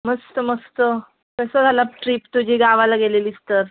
मस्त मस्त कसं झालं ट्रिप तुझी गावाला गेलेलीस तर